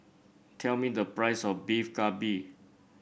tell me the price of Beef Galbi